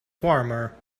warmer